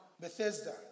Bethesda